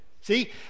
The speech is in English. See